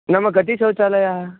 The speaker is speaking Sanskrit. नाम कति शौचालयाः